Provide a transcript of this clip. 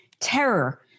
terror